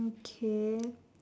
okay